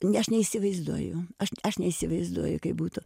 ne aš neįsivaizduoju aš aš neįsivaizduoju kaip būtų